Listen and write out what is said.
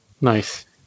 Nice